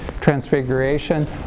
transfiguration